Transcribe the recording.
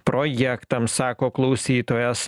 projektams sako klausytojas